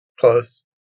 close